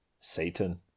Satan